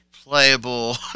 playable